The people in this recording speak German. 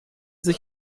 sich